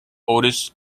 oldest